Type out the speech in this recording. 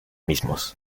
mismos